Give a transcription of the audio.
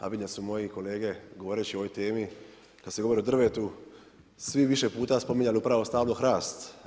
A vidim da su moji kolege govoreći o ovoj temi kad se govori o drvetu svi više puta spominjali upravo stablo hrast.